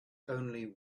only